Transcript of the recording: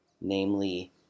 namely